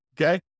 Okay